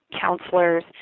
counselors